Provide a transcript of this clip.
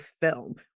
film